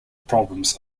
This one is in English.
problems